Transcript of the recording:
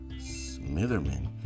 Smitherman